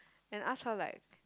and ask her like